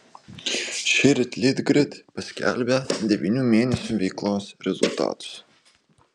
šįryt litgrid paskelbė devynių mėnesių veiklos rezultatus